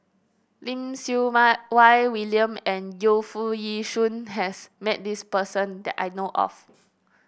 Lim Siew My Wai William and Yu Foo Yee Shoon has met this person that I know of